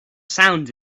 sounds